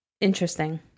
Interesting